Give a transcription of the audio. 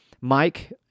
Mike